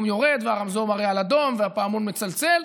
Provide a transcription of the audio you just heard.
יורד והרמזור מראה על אדום והפעמון מצלצל,